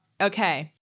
Okay